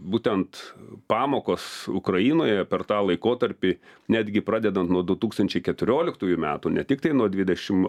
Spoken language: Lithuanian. būtent pamokos ukrainoje per tą laikotarpį netgi pradedant nuo du tūkstančiai keturioliktųjų metų ne tiktai nuo dvidešim